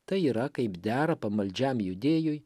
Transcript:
tai yra kaip dera pamaldžiam judėjui